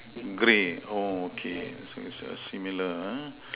grey oh okay so is err similar ah